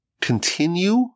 continue